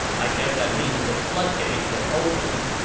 i guess that means the floodgates have opened.